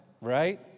Right